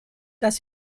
dass